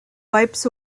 wipes